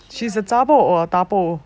she's a zha bor or a dabor